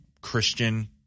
Christian